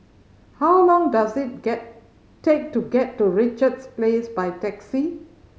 how long does it get take to get to Richards Place by taxi